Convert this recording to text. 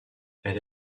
elle